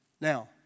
Now